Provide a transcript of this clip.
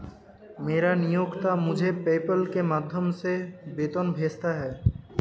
मेरा नियोक्ता मुझे पेपैल के माध्यम से वेतन भेजता है